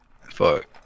Fuck